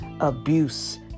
abuse